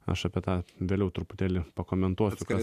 aš apie tą vėliau truputėlį pakomentuoti kas